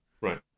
right